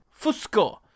Fusco